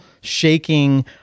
shaking